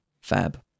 Fab